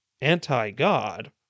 anti-God